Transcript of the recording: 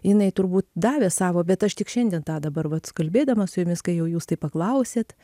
jinai turbūt davė savo bet aš tik šiandien tą dabar vat kalbėdama su jumis kai jau jūs tai paklausėt